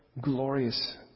glorious